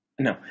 No